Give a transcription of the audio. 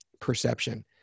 perception